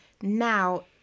now